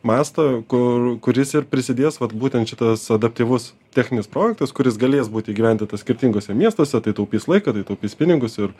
mastą kur kuris ir prisidės vat būtent šitas adaptyvus techninis projektas kuris galės būti įgyvendintas skirtinguose miestuose tai taupys laiką tai taupys pinigus ir